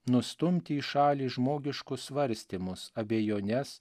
nustumti į šalį žmogiškus svarstymus abejones